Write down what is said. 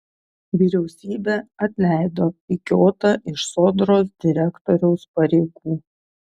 vyriausybė atleido pikiotą iš sodros direktoriaus pareigų